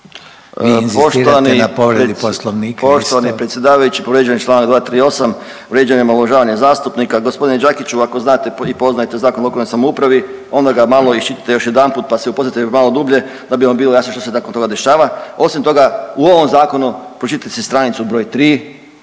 vi inzistirate na povredi Poslovnika isto?